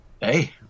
Hey